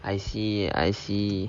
I see I see